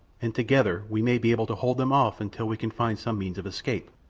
and together we may be able to hold them off until we can find some means of escape.